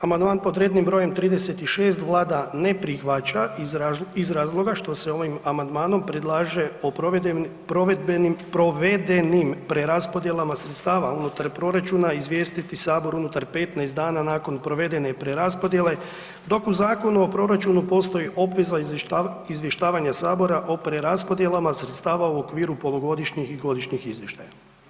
Amandman pod rednim br. 36 Vlada ne prihvaća iz razloga što se ovim amandmanom o provedenim preraspodjelama sredstava unutar proračuna izvijestiti Sabor unutar 15 dana nakon provedene preraspodijele, dok u Zakonu o proračunu postoji obveza izvještavanja Sabora o preraspodjelama sredstava u okviru polugodišnjih i godišnjih izvještaja.